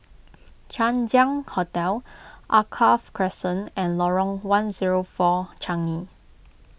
Chang Ziang Hotel Alkaff Crescent and Lorong one zero four Changi